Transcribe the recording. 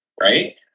Right